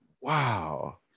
wow